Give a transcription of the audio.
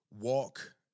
walk